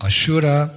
Ashura